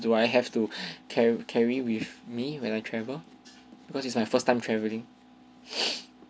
do I have to carry carry with me when I travel because it's my first time traveling